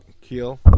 Keel